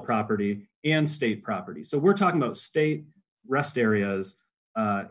property and state property so we're talking the state rest areas